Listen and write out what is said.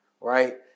right